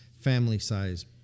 family-size